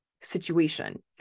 situation